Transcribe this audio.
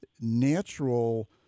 natural